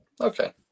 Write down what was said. Okay